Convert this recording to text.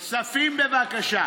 כספים, בבקשה.